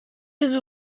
ses